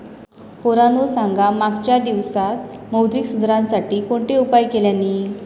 पोरांनो सांगा मागच्या दिवसांत मौद्रिक सुधारांसाठी कोणते उपाय केल्यानी?